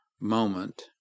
moment